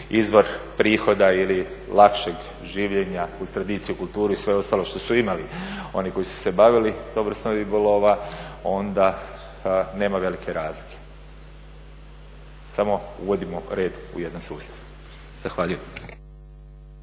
izvor prihoda ili lakšeg življenja uz tradiciju, kulturu i sve ostalo što su imali oni koji su se bavili tom vrstom ribolova onda nema velike razlike. Samo uvodimo red u jedan sustav. Zahvaljujem.